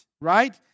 right